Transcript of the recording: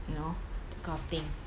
you know that kind of thing